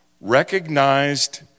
Recognized